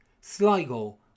Sligo